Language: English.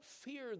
fear